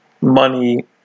money